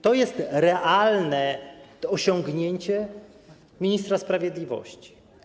To jest realne osiągnięcie ministra sprawiedliwości.